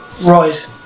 Right